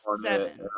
seven